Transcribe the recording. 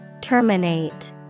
Terminate